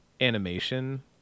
Animation